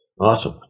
awesome